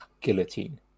guillotine